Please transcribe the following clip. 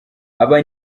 aba